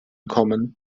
kommen